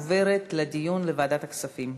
עוברת לדיון בוועדת הכספים.